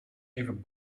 even